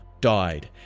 died